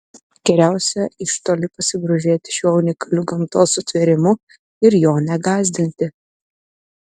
geriausia iš toli pasigrožėti šiuo unikaliu gamtos sutvėrimu ir jo negąsdinti